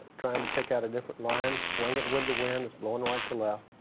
trying to pick out a different line. swing it when the wind is blowing right to left.